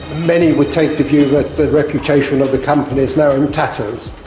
many would take the view that the reputation of the company is now in tatters.